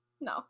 No